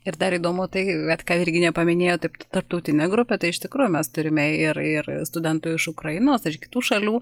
ir dar įdomu tai vat ką virginija paminėjo tapt tarptautinę grupę tai iš tikrųjų mes turime ir ir studentų iš ukrainos ar iš kitų šalių